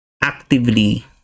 actively